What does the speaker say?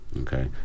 Okay